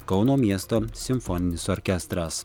kauno miesto simfoninis orkestras